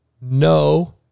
no